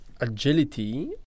Agility